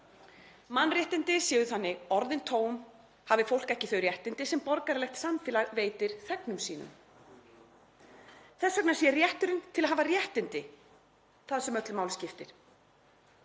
Mannréttindi séu þannig orðin tóm hafi fólk ekki þau réttindi sem borgaralegt samfélag veitir þegnum sínum. Þess vegna sé rétturinn til að hafa réttindi það sem öllu máli skipti.